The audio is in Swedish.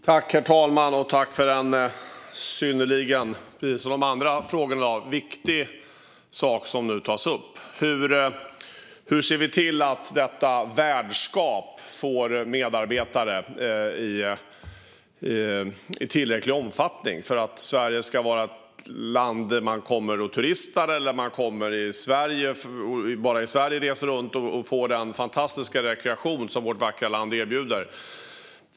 Herr talman! Jag tackar för att, precis som har varit fallet i de andra frågorna, en synnerligen viktig sak tas upp. Hur ser vi till att detta värdskap får medarbetare i tillräcklig omfattning för att Sverige ska vara ett land dit man kommer för att turista och där människor reser runt för att få den fantastiska rekreation som vårt vackra land erbjuder?